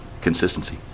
consistency